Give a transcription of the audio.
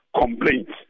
complaints